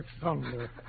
thunder